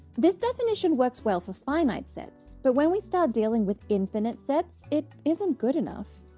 this definition works well for finite sets but when we start dealing with infinite sets it isn't good enough.